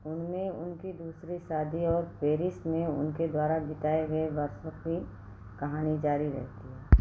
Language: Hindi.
उनमें उनकी दूसरी शादी और पेरिस में उनके द्वारा बिताए गए वर्षों की कहानी जारी रहती है